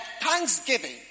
thanksgiving